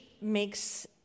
makes